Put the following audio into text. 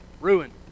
ruined